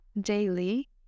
daily